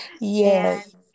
Yes